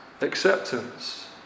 acceptance